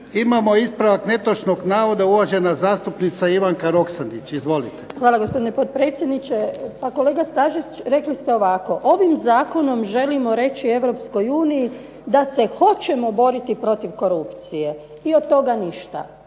imamo ispravak netočnog navoda, uvažena zastupnica Ivanka Roksandić. Izvolite. **Roksandić, Ivanka (HDZ)** Hvala gospodine potpredsjedniče. Pa kolega Stazić rekli ste ovako: "Ovim zakonom želimo reći EU da se hoćemo boriti protiv korupcije i od toga ništa.",